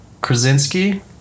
Krasinski